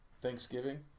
Thanksgiving